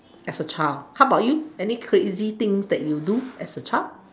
as a child how about you any crazy things that you do as a child